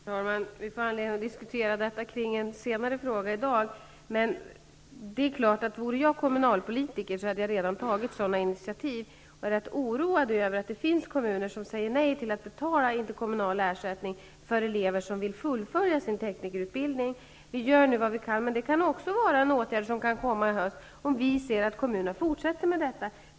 Herr talman! Vi får anledning att diskutera detta i samband med en annan fråga senare i dag. Om jag vore kommunalpolitiker hade jag redan tagit sådana initiativ. Jag är oroad över att det finns kommuner som säger nej till att betala interkommunal ersättning för elever som vill fullfölja sin teknikerutbildning, men vi gör nu vad vi kan. Det är också en åtgärd som kan komma i höst, om vi ser att kommunerna fortsätter med detta.